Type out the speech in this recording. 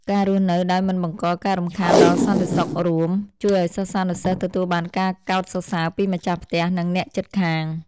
ការរស់នៅដោយមិនបង្កការរំខានដល់សន្តិសុខរួមជួយឱ្យសិស្សានុសិស្សទទួលបានការកោតសរសើរពីម្ចាស់ផ្ទះនិងអ្នកជិតខាង។